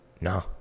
No